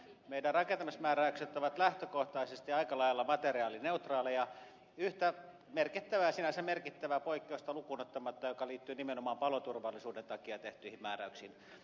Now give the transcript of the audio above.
meidän rakentamismääräyksemme ovat lähtökohtaisesti aika lailla materiaalineutraaleja yhtä sinänsä merkittävää poikkeusta lukuun ottamatta joka liittyy nimenomaan paloturvallisuuden takia tehtyihin määräyksiin